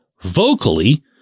vocally